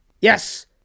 Yes